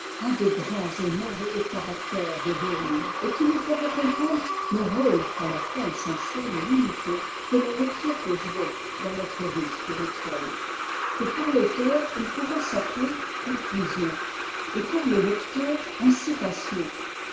un des grands et merveilleux caractères des beaux livres et qui nous fera comprendre le rôle à la fois essentiel et limité que la lecture peut jouer dans notre vie spirituelle que pour l'auteur ils pourraient s'appeler conclusions et pour le lecteur